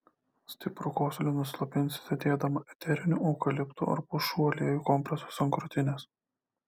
stiprų kosulį nuslopinsite dėdama eterinių eukaliptų ar pušų aliejų kompresus ant krūtinės